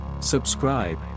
Subscribe